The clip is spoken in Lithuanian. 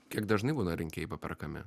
kiek dažnai būna rinkėjai paperkami